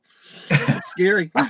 Scary